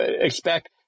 expect